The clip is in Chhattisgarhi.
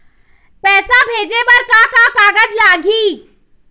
पैसा भेजे बर का का कागज लगही?